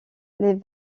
les